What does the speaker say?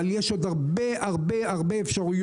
אבל יש עוד הרבה-הרבה-הרבה אפשרויות.